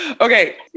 Okay